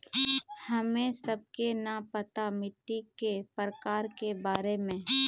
हमें सबके न पता मिट्टी के प्रकार के बारे में?